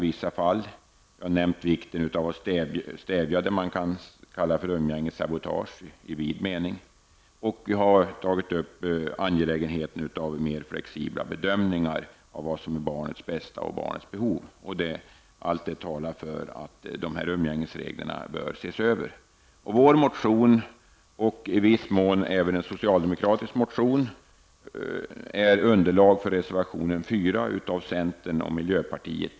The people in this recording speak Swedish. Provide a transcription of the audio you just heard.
Vi betonar vikten av att s.k. umgängessabotage i vid mening stävjas. Dessutom understryker vi att det är angeläget att man gör mer flexibla bedömningar av vad som är barnets bästa och barnets behov. Allt detta talar för att umgängesreglerna bör ses över. Vår motion -- och det gäller i viss mån också en socialdemokratisk motion -- utgör underlaget för reservation nr 4 från centern och miljöpartiet.